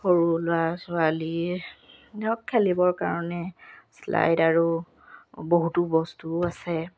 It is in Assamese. সৰু ল'ৰা ছোৱালীয়ে ধৰক খেলিবৰ কাৰণে শ্লাইড আৰু বহুতো বস্তুও আছে